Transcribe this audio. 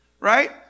right